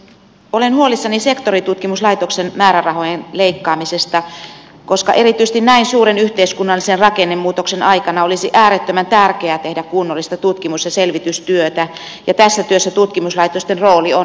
olen huolissani sektoritutkimuslaitoksen määrärahojen leikkaamisesta koska erityisesti näin suuren yhteiskunnallisen rakennemuutoksen aikana olisi äärettömän tärkeää tehdä kunnollista tutkimus ja selvitystyötä ja tässä työssä tutkimuslaitosten rooli on merkittävä